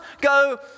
go